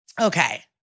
Okay